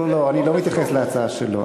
אני לא מתייחס להצעה שלו.